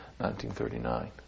1939